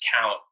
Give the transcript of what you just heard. count